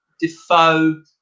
defoe